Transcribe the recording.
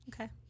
okay